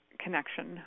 connection